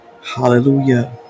Hallelujah